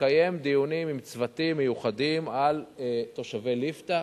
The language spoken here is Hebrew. מקיים דיונים עם צוותים מיוחדים על תושבי ליפתא,